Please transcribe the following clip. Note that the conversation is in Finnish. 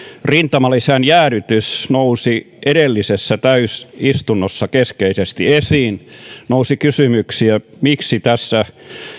rintamalisän jäädytys nousi edellisessä täysistunnossa keskeisesti esiin nousi kysymyksiä miksi tässä